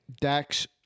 Dax